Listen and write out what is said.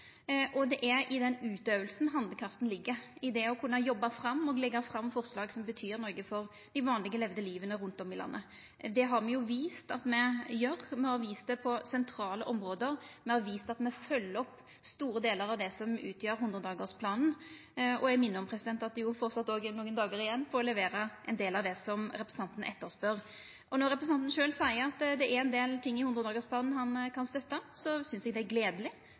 og det er i den utøvinga handlekrafta ligg, i det å kunne jobba fram og leggja fram forslag som betyr noko for vanleg levde liv rundt om i landet. Det har me vist at me gjer, me har vist det på sentrale område, me har vist at me følgjer opp store delar av det som utgjer 100-dagarsplanen. Og eg minner om at det framleis er nokre dagar igjen for å levera ein del av det som representanten spør etter. Når representanten sjølv seier at det er ein del ting i 100-dagarsplanen han kan støtta, synest eg det er gledeleg.